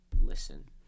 listen